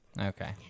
okay